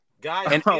Guys